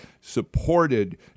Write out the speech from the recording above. supported